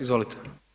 Izvolite.